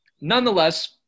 Nonetheless